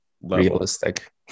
realistic